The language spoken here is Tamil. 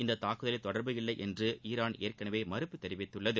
இந்தத் தாக்குதலில் தொடர்பு இல்லை என்று ஈரான் ஏற்கனவே மறுப்பு தெரிவித்துள்ளது